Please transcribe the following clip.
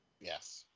Yes